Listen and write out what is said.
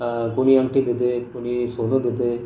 अं कोणी अंगठी देते कोणी सोनं देतय